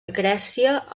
grècia